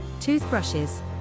toothbrushes